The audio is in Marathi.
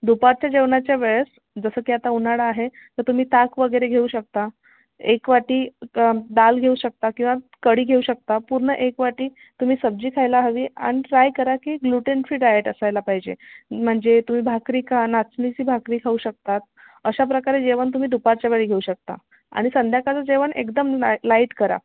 दुपारच्या जेवणाच्या वेळेस जसं की आता उन्हाळा आहे तर तुम्ही ताक वगैरे घेऊ शकता एक वाटी दाल घेऊ शकता किंवा कढी घेऊ शकता पूर्ण एक वाटी तुम्ही सब्जी खायला हवी अन् ट्राय करा की ग्लुटेन फ्री डायट असायला पाहिजे म्हणजे तुम्ही भाकरी खा नाचणीची भाकरी खाऊ शकतात अशा प्रकारे जेवण तुम्ही दुपारच्या वेळी घेऊ शकता आणि संध्याकाळचं जेवण एकदम ला लाईट करा